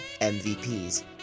MVPs